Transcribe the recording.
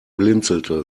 blinzelte